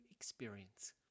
experience